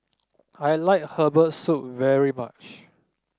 I like Herbal Soup very much